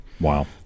wow